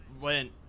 went